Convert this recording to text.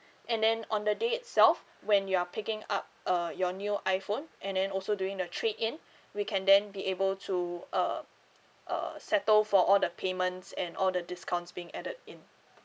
and then on the day itself when you are picking up uh your new iPhone and then also during the trade in we can then be able to uh uh settle for all the payments and all the discounts being added in